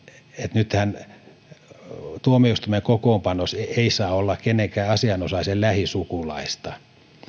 nythän tuomioistuimen kokoonpanossa ei ei saa olla kenenkään asianosaisen lähisukulaista